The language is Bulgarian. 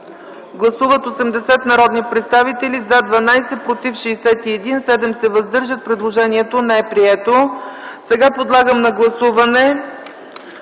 Гласували 80 народни представители: за 12, против 61, въздържали се 7. Предложението не е прието. Сега подлагам на гласуване